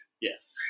yes